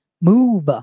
Move